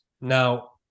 Now